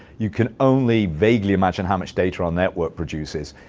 you can only vaguely imagine how much data our network produces.